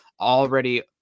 already